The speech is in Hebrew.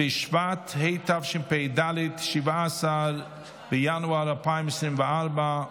בשבט התשפ"ד, 17 בינואר 2024,